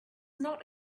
not